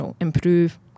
improve